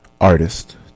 artist